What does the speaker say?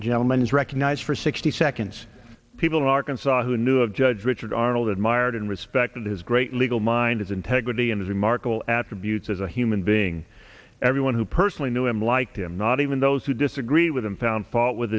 gentleman is recognized for sixty seconds people arkansas who knew of judge richard arnold admired and respected his great legal minds integrity and remarkable attributes as a human being everyone who personally knew him liked him not even those who disagree with him found fault with